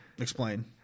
Explain